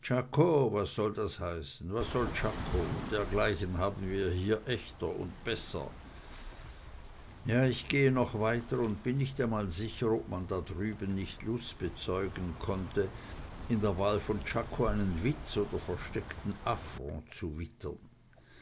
was soll das was soll czako dergleichen haben wir hier echter und besser ja ich gehe noch weiter und bin nicht einmal sicher ob man da drüben nicht lust bezeugen könnte in der wahl von czako einen witz oder versteckten affront zu wittern